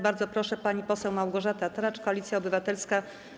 Bardzo proszę, pani poseł Małgorzata Tracz, Koalicja Obywatelska.